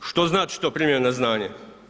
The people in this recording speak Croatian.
Što znači to primljeno na znanje?